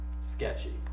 sketchy